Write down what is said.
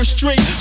Street